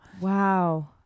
wow